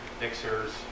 mixers